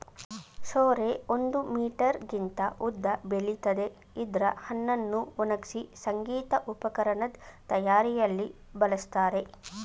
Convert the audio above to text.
ಸೋರೆ ಒಂದು ಮೀಟರ್ಗಿಂತ ಉದ್ದ ಬೆಳಿತದೆ ಇದ್ರ ಹಣ್ಣನ್ನು ಒಣಗ್ಸಿ ಸಂಗೀತ ಉಪಕರಣದ್ ತಯಾರಿಯಲ್ಲಿ ಬಳಸ್ತಾರೆ